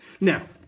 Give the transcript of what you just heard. Now